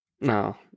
No